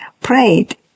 prayed